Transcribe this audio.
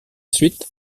suite